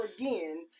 again